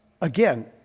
Again